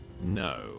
No